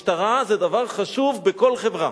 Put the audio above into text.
משטרה זה דבר חשוב בכל חברה,